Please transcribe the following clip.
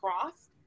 Cross